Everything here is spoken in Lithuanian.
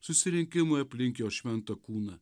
susirinkimui aplink jo šventą kūną